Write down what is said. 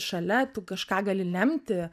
šalia kažką gali lemti